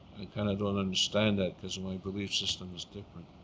kind of don't understand that, because my belief system is different.